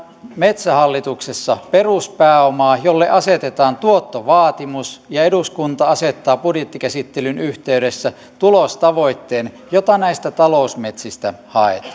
metsähallituksessa peruspääoma jolle asetetaan tuottovaatimus ja eduskunta asettaa budjettikäsittelyn yhteydessä tulostavoitteen jota näistä talousmetsistä haetaan